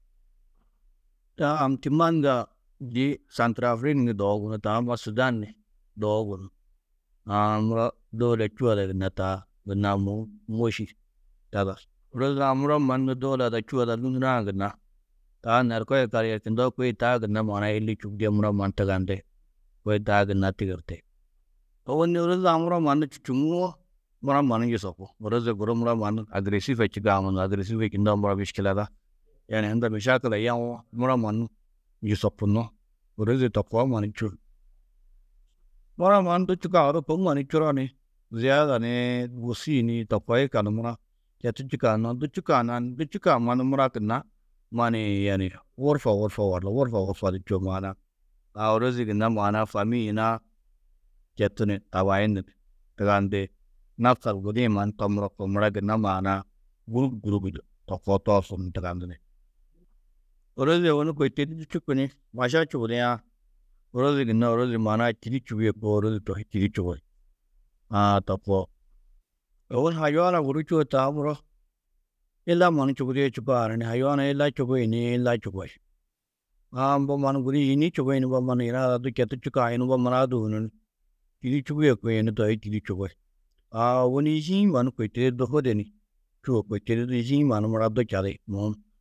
Aa Amtîman ga dî Canturafîrik ni dogu gunú, taa ma Sûdan ni dogu gunú. Aa muro dôula čû ada gunna taa gunna amûhum môši tadar. Ôroze-ã muro mannu dôula ada čû ada lûnurã gunna taa norko yikallu, yerčundoo kôe taa gunna maana-ã illi nčubudîe mura mannu tugandi. Kôe taa gunna tigirti. Ôwonni ôroze-ã muro mannu čûčuŋuwo, mura mannu njusopú. Ôroze guru muro mannu agîresife čîkã munum. Agîresife čundoo muro miškileda. Yaani unda mišekila yewo, mura mannu njusopunnó. Ôroze to koa mannu čû. Mura mannu du čîkã, odu kômma ni čuro ni ziyeda nii, wôsii to koo yikallu, mura četu čîkã noo, du čûkã na, du čûkã mannu, mura gunna manii yaanii gurfa, gurfa walla gurfa gurfa du čûo maana-ã. A ôrozi gunna famîi hunaã četu ni tabaayundu ni tugandi. Nafsal gudi-ĩ mannu to muro koo, mura gunna maana-ã gûrub, gûrub du to koo toorsu ni tugandudi. Ôroze ôwonni kôi to di du čûku ni maša čubudiã, ôrozi, ôrozi gunna maana-ã čîdu čubîe koo, ôrozi to hi čîdu čubi. Aã to koo. Ôwonni hayuwana guru čûo taa guru illa mannu čubudîe čûkã haraniĩn? Hayuwana illa čubii niĩ, illa čubi, aã mbo mannu gudi yîni čubiĩ ni, mbo mannu yina ada du četu čûkã, yunu mbo mannu adû hunu ni, yunu čubîe kuĩ, yunu to hi čîdu čubi. Aã ôwonni yî-ĩ mannu kôi to di du hôde ni čûo, kôi to di yî-ĩ mannu mura du čadi mûhum.